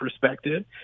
perspective